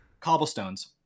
cobblestones